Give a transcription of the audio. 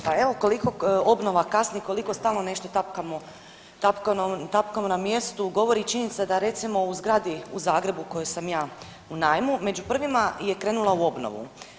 Pa evo koliko obnova kasni, koliko stalno nešto tapkamo na mjestu govori činjenica da recimo u zgrada u Zagrebu u kojoj sam ja u najmu među prvima je krenula u obnovu.